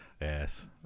Yes